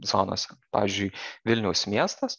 zonose pavyzdžiui vilniaus miestas